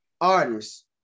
artists